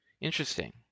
Interesting